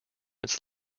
its